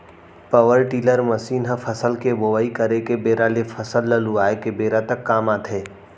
power tiller machine ह फसल के बोवई करे के बेरा ले फसल ल लुवाय के बेरा तक काम आथे